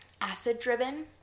acid-driven